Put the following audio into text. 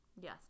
Yes